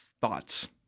thoughts